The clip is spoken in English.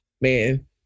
man